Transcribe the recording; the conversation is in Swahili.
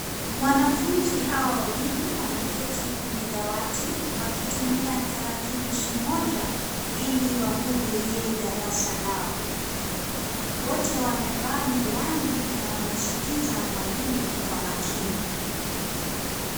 Wanafunzi hawa wawili, wameketi kwenye dawati wakitumia tarakilishi moja, ili wahudhurie darasa yao. Wote wamevaa miwani, na wanasikiza mwalimu, kwa makini.